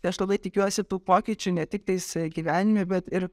tai aš labai tikiuosi tų pokyčių ne tik tais e gyvenime bet ir